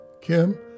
Kim